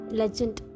legend